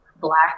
Black